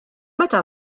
meta